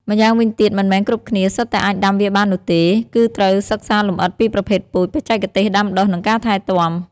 ម្យ៉ាងវិញទៀតមិនមែនគ្រប់គ្នា សុទ្ធតែអាចដាំវាបាននោះទេ គឺត្រូវសិក្សាលម្អិតពីប្រភេទពូជ បច្ចេកទេសដាំដុះ និងការថែទាំ។